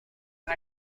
بود